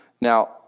Now